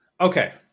Okay